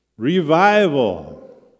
Revival